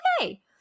okay